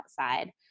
outside